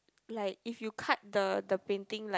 like if you cut the the painting like